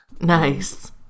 Nice